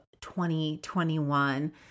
2021